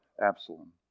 Absalom